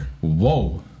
Whoa